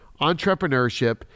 entrepreneurship